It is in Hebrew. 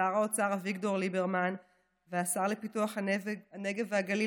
שר האוצר אביגדור ליברמן והשר לפיתוח הנגב והגליל